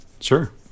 Sure